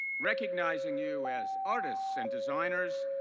recognizing you as artists and designers,